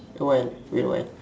awhile wait awhile